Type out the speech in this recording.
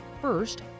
first